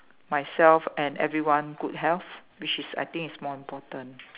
myself and everyone good health which is I think is more important